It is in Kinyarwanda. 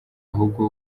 ahubwo